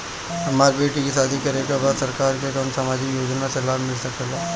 हमर बेटी के शादी करे के बा सरकार के कवन सामाजिक योजना से लाभ मिल सके ला?